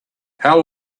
how